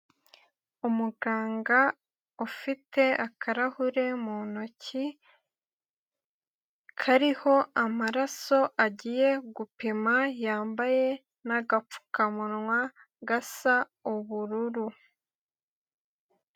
Umuganga ufite akarahure mu ntoki, kariho amaraso agiye gupima, yambaye n'agapfukamunwa gasa ubururu.